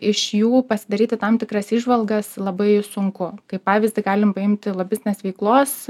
iš jų pasidaryti tam tikras įžvalgas labai sunku kaip pavyzdį galim paimti lobistinės veiklos